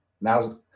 Now